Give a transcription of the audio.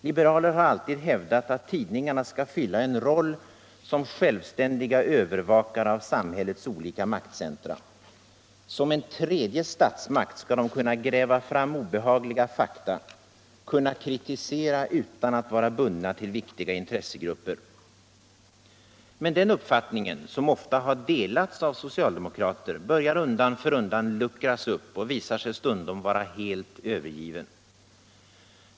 Liberaler har alltid hävdat att tidningarna skall fylla en roll som självständiga övervakare av samhällets olika maktcentra. Som en tredje statsmakt skall de kunna gräva fram obehagliga fakta, kunna kritisera utan att vara bundna till viktiga intressegrupper. Men den uppfattningen, som ofta har delats av socialdemokrater, börjar undan för undan luckras upp och visar sig stundom vara helt övergiven.